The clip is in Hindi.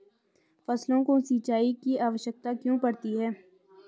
फसलों को सिंचाई की आवश्यकता क्यों पड़ती है?